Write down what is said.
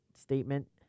statement